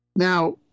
Now